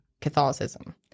Catholicism